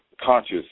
Conscious